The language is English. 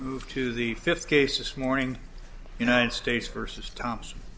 moved to the fifth case this morning united states versus thompson